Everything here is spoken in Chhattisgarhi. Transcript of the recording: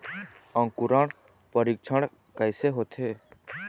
अंकुरण परीक्षण कैसे होथे?